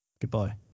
Goodbye